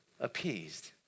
appeased